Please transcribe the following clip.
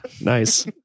Nice